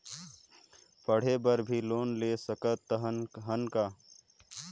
पढ़े बर भी लोन ले सकत हन का?